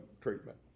treatment